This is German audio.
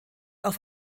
auf